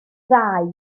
ddau